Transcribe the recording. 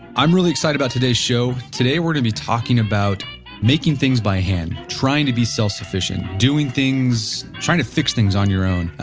i'm really excited about today's show today we're going to be talking about making things by hand, trying to be self sufficient, doing things, trying to fix things on your own.